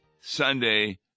Sunday